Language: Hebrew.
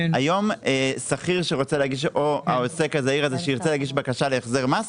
היום שכיר או העוסק הזעיר הזה שירצה להגיש בקשה להחזר מס,